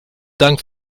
dank